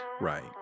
Right